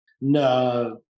no